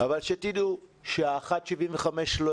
אבל שתדעו שה-1.7 מיליארד שקלים לא